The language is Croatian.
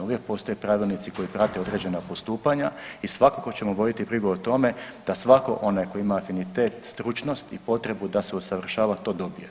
Uvijek postoje pravilnici koji prate određena postupanja i svakako ćemo voditi brigu o tome da svatko onaj tko ima afinitet, stručnost i potrebu da se usavršava to dobije.